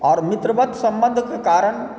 आओर मित्रवत सम्बन्धके कारण